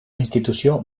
institució